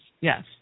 Yes